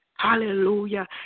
Hallelujah